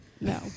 No